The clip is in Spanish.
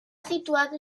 situado